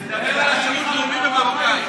תדבר על השירות הלאומי במרוקאית.